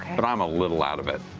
but i'm a little out of it.